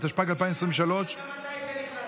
התשפ"ג 2023. אתה מדבר על טייסים,